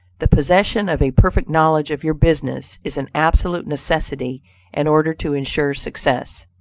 the possession of a perfect knowledge of your business is an absolute necessity in order to insure success.